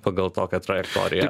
pagal tokią trajektoriją